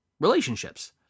relationships